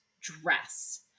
dress